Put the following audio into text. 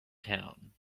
town